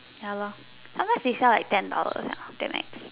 ya lor sometimes they sell like ten dollars uh damn ex